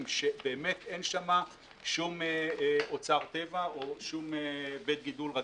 שבאמת אין שמה שום אוצר טבע או שום בית גידול רגיש,